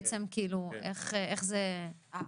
אוקיי,